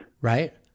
right